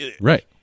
Right